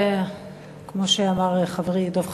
כמו שאמר חברי דב חנין,